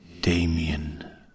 Damien